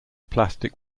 plastic